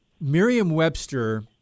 Merriam-Webster